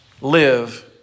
live